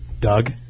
Doug